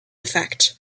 effect